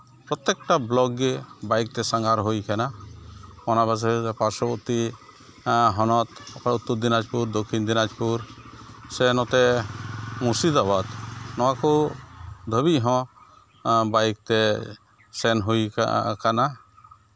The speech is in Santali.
ᱯᱨᱚᱛᱮᱠᱴᱟ ᱵᱞᱚᱠ ᱜᱮ ᱵᱟᱭᱤᱠ ᱛᱮ ᱥᱟᱸᱜᱷᱟᱨ ᱦᱩᱭ ᱠᱟᱱᱟ ᱚᱱᱟ ᱯᱟᱥᱮ ᱯᱟᱨᱥᱚᱵᱚᱨᱛᱤ ᱦᱚᱱᱚᱛ ᱩᱛᱛᱚᱨ ᱫᱤᱱᱟᱡᱽᱯᱩᱨ ᱫᱚᱠᱠᱷᱤᱱ ᱫᱤᱱᱟᱡᱽᱯᱩᱨ ᱥᱮ ᱱᱚᱛᱮ ᱢᱩᱨᱥᱤᱫᱟᱵᱟᱫ ᱱᱚᱣᱟᱠᱚ ᱫᱷᱟᱹᱵᱤᱡ ᱦᱚᱸ ᱵᱟᱭᱤᱠ ᱛᱮ ᱥᱮᱱ ᱦᱩᱭ ᱠᱟᱱᱟ